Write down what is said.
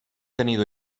tenido